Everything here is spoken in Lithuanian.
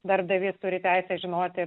darbdaviai turi teisę žinoti